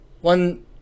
one